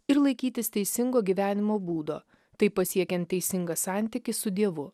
ir laikytis teisingo gyvenimo būdo taip pasiekiant teisingą santykį su dievu